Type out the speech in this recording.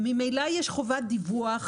ממילא יש חובת דיווח,